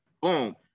Boom